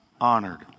honored